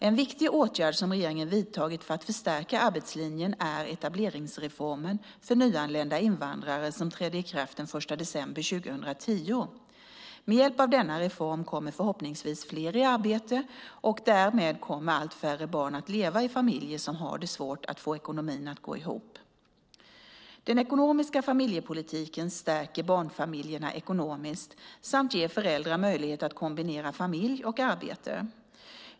En viktig åtgärd som regeringen vidtagit för att förstärka arbetslinjen är etableringsreformen för nyanlända invandrare som trädde i kraft den 1 december 2010. Med hjälp av denna reform kommer förhoppningsvis fler i arbete, och därmed kommer allt färre barn att leva i familjer som har svårt att få ekonomin att gå ihop. Den ekonomiska familjepolitiken stärker barnfamiljerna ekonomiskt samt ger föräldrar möjlighet att kombinera familj och arbete.